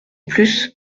plus